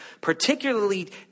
particularly